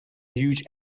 huge